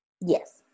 Yes